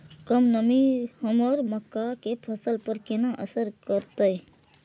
कम नमी हमर मक्का के फसल पर केना असर करतय?